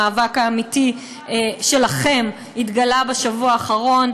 המאבק האמיתי שלכם התגלה בשבוע האחרון,